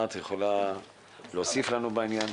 מה את יכולה להוסיף לנו בעניין?